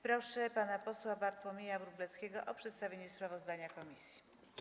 Proszę pana posła Bartłomieja Wróblewskiego o przedstawienie sprawozdania komisji.